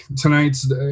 tonight's